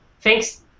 thanks